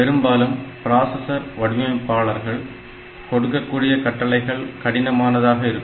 பெரும்பாலும் ப்ராசசர் வடிவமைப்பாளர்கள் கொடுக்கக்கூடிய கட்டளைகள் கடினமானதாக இருக்கும்